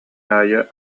аайы